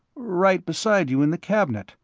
right beside you in the cabinet,